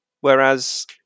Whereas